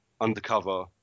undercover